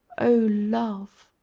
o love!